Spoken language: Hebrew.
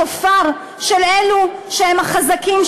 אתם הופכים להיות השופר של אלו שהם החזקים,